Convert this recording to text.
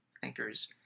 thinkers